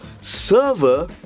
server